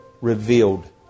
revealed